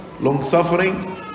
long-suffering